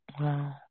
Wow